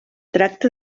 tracta